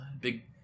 big